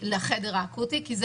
לחדר האקוטי, כי זה